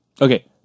Okay